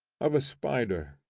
of a spider.